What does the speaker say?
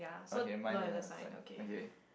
okay mine doesn't have side okay